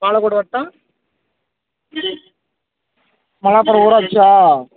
பாலக்கோடு வட்டம் மஹாபுரம் ஊராட்சியா